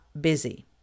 busy